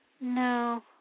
No